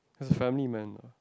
as a family man lah